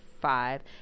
five